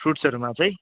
फ्रुट्सहरूमा चाहिँ